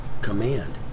command